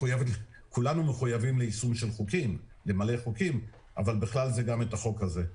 כולנו מחויבים למלא חוקים אבל בכלל זה גם את החוק הזה.